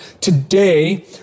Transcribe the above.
Today